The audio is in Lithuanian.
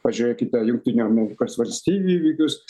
pažiūrėkite jungtinių amerikos valstijų įvykius